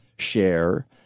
Share